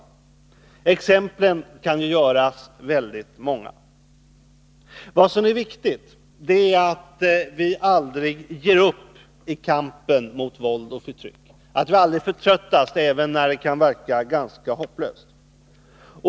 Listan på exempel kan göras mycket lång. Det viktiga är att vi aldrig ger uppi kampen mot våld och förtryck, att vi aldrig förtröttas, även när det kan verka ganska hopplöst.